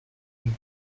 une